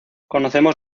conocemos